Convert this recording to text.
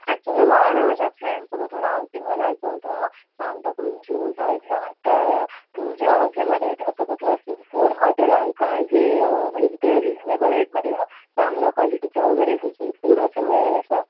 actually मला ना माझ्या फ्रेंडसोबत थोडं आऊटिंगला जायचं होतं सांताक्रूझ जुहू साईडला तर तुझ्या ओळखीमध्ये असं कुठलं सीफूड हॉटेल आहे का जे म्हणजे जिथे रिझनेबल रेटमध्ये यू नो चांगलं क्वालिटीचं वगैरे असं सीफुड असं मिळेल असं